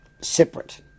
separate